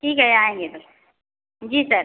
ठीक है आएँगे सर जी सर